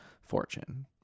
fortune